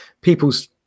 people's